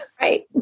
Right